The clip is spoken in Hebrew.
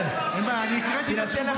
מועצת הרשות כבר